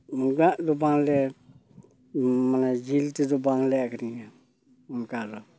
ᱱᱩᱱᱟᱹᱜ ᱫᱚ ᱵᱟᱝᱞᱮ ᱢᱟᱱᱮ ᱡᱤᱞ ᱛᱮᱫᱚ ᱵᱟᱝᱞᱮ ᱟᱠᱷᱨᱤᱧᱟ ᱚᱱᱠᱟ ᱫᱚ